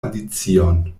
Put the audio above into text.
alicion